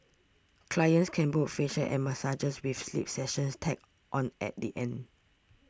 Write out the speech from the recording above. clients can book facials and massages with sleep sessions tacked on at the end